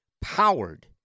powered